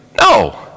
No